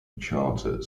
charter